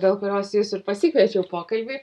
dėl kurios jus ir pasikviečiau pokalbiui